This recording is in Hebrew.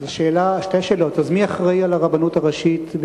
שתי שאלות: אז מי אחראי לרבנות הראשית?